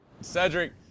Cedric